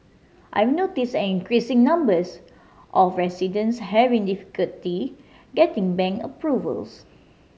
I've noticed an increasing number of residents having difficulty getting bank approvals